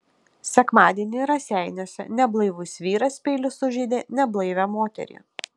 sekmadienį raseiniuose neblaivus vyras peiliu sužeidė neblaivią moterį